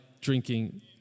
drinking